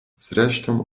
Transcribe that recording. zresztą